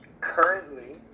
Currently